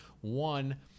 One